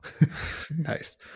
nice